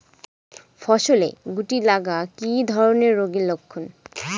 ফসলে শুটি লাগা কি ধরনের রোগের লক্ষণ?